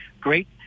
great